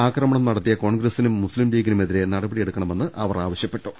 ആക്രമണം നടത്തിയ കോൺഗ്രസിനും മുസ്ലിംലീഗിനുമെതിരെ നടപടിയെടുക്കണമെന്ന് അവർ ആവശ്യപ്പെട്ടു